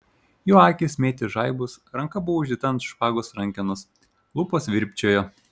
jo akys mėtė žaibus ranka buvo uždėta ant špagos rankenos lūpos virpčiojo